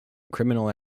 criminal